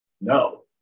No